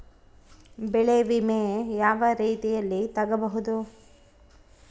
ಬೆಳೆ ವಿಮೆ ಯಾವ ರೇತಿಯಲ್ಲಿ ತಗಬಹುದು?